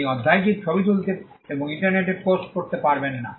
আপনি অধ্যায়টির ছবি তুলতে এবং ইন্টারনেটে পোস্ট করতে পারবেন না